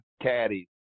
caddies